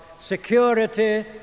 security